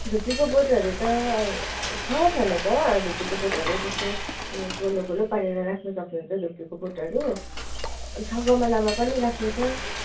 धुप्पीको बोटहरू त छ छनु त धुप्पीको बोटहरू जस्तै यो गोलो गोलो पारेर राख्नु सक्नुहुन्छ धुप्पीको बोटहरू छ गमलामा पनि राख्ने छ